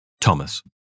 Thomas